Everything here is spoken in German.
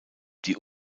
die